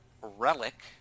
Relic